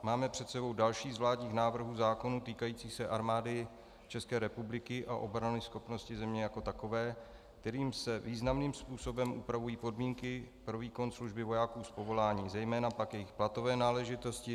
Máme před sebou další z vládních návrhů zákonů týkající se Armády České republiky a obranyschopnosti země jako takové, kterým se významným způsobem upravují podmínky pro výkon služby vojáků z povolání, zejména pak jejich platové náležitosti.